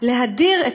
להדיר את